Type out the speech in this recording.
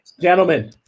Gentlemen